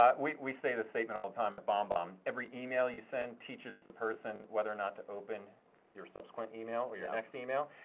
ah we we say this statement all the time at bombbomb, every email you send teaches the person whether or not to open your subsequent email or your next email.